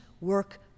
work